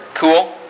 cool